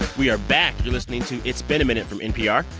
we are back. you're listening to it's been a minute from npr.